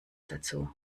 dazu